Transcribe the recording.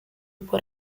por